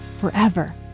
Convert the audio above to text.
forever